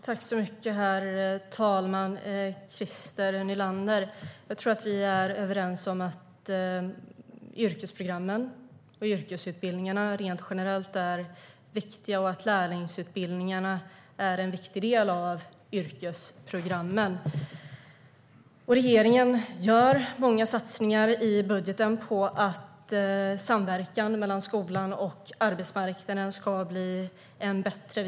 Herr talman! Christer Nylander! Jag tror att vi är överens om att yrkesprogrammen och yrkesutbildningarna rent generellt är viktiga och att lärlingsutbildningarna är en viktig del av yrkesprogrammen. Regeringen gör många satsningar i budgeten på att samverkan mellan skolan och arbetsmarknaden ska bli ännu bättre.